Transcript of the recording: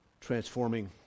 transforming